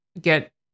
get